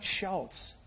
shouts